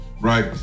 right